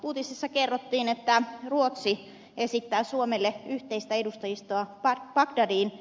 uutisissa kerrottiin että ruotsi esittää suomelle yhteistä edustajistoa bagdadiin